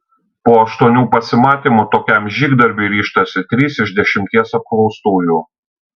po aštuonių pasimatymų tokiam žygdarbiui ryžtasi trys iš dešimties apklaustųjų